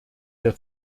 der